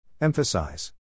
Emphasize